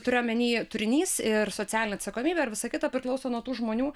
turiu omeny turinys ir socialinė atsakomybė ir visa kita priklauso nuo tų žmonių